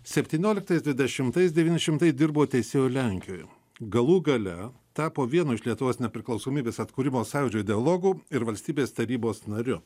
septynioliktais dvidešimtais devyni šimtai dirbo teisėju lenkijoj galų gale tapo vienu iš lietuvos nepriklausomybės atkūrimo sąjūdžio ideologų ir valstybės tarybos nariu